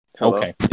Okay